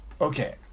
okay